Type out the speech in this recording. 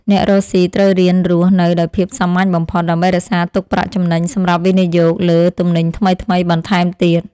អ្នករកស៊ីត្រូវរៀនរស់នៅដោយភាពសាមញ្ញបំផុត ដើម្បីរក្សាទុកប្រាក់ចំណេញសម្រាប់វិនិយោគលើទំនិញថ្មីៗបន្ថែមទៀត។